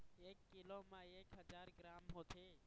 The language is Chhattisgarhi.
एक कीलो म एक हजार ग्राम होथे